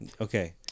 Okay